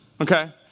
okay